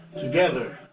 together